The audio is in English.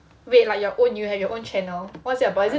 wait like your own you have your own channel what's it about is it